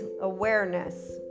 awareness